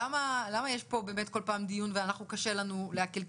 למה יש פה באמת כל פעם דיון ואנחנו קשה לנו לעכל?